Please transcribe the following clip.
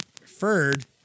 preferred